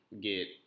get